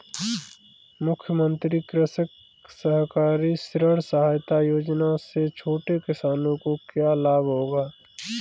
मुख्यमंत्री कृषक सहकारी ऋण सहायता योजना से छोटे किसानों को क्या लाभ होगा?